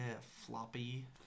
floppy